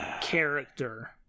character